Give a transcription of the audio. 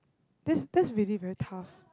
that's that's really very tough